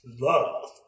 love